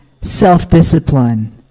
Self-discipline